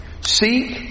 Seek